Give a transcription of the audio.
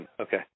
Okay